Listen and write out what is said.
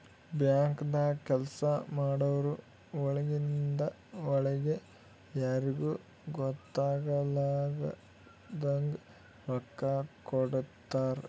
ಬ್ಯಾಂಕ್ದಾಗ್ ಕೆಲ್ಸ ಮಾಡೋರು ಒಳಗಿಂದ್ ಒಳ್ಗೆ ಯಾರಿಗೂ ಗೊತ್ತಾಗಲಾರದಂಗ್ ರೊಕ್ಕಾ ಹೊಡ್ಕೋತಾರ್